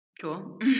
Cool